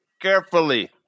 carefully